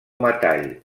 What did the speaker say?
metall